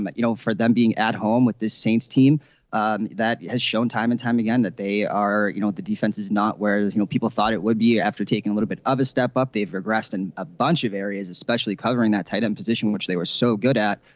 um you know for them being at home with this saints team that has shown time and time again that they are you know what the defense is not whereas you know people thought it would be after taking a little bit of a step up they've regressed and a bunch of areas especially covering that tight end position which they were so good at.